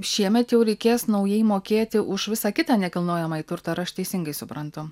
šiemet jau reikės naujai mokėti už visą kitą nekilnojamąjį turtą ar aš teisingai suprantu